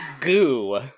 goo